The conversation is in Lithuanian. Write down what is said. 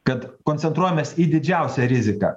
kad koncentruojamės į didžiausią riziką